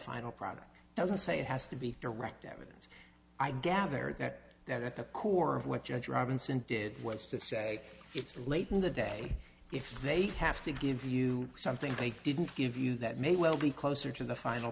final product doesn't say it has to be direct evidence i gathered that that at the core of what judge robinson did was to say it's late in the day if they have to give you something they didn't give you that may well be closer to the final